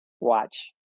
Watch